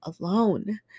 alone